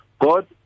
God